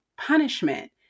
punishment